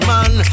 Man